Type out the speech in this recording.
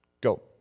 Go